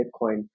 Bitcoin